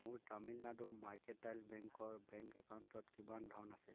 মোৰ তামিলনাডু মাৰ্কেটাইল বেংকৰ বেংক একাউণ্টত কিমান ধন আছে